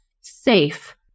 safe